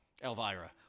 Elvira